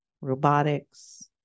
robotics